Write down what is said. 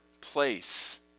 place